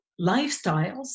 lifestyles